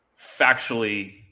factually